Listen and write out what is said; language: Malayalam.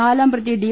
നാലാം പ്രതി ഡി